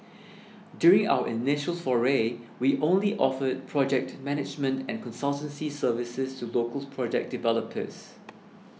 during our initial foray we only offered project management and consultancy services to local project developers